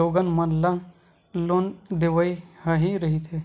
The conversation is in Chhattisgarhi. लोगन मन ल लोन देवई ह ही रहिथे